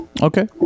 Okay